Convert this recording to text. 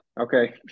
okay